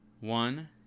one